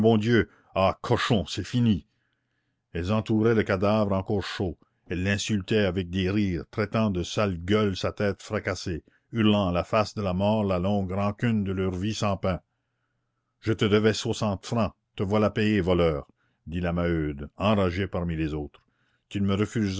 dieu ah cochon c'est fini elles entouraient le cadavre encore chaud elles l'insultaient avec des rires traitant de sale gueule sa tête fracassée hurlant à la face de la mort la longue rancune de leur vie sans pain je te devais soixante francs te voilà payé voleur dit la maheude enragée parmi les autres tu ne me refuseras